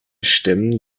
stimmen